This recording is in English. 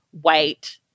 white